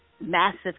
Massive